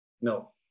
No